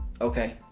Okay